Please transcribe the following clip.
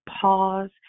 pause